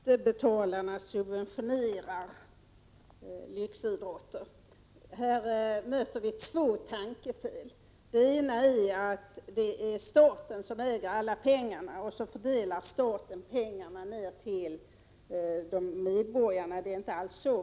Herr talman! Skattebetalarna subventionerar lyxidrotter, menar Jan Bergqvist. Här möter vi två tankefel. Det ena är att det är staten som äger alla pengar och sedan fördelar pengarna till medborgarna. Så är det inte alls.